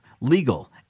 legal